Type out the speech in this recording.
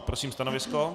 Prosím stanovisko.